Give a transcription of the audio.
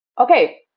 Okay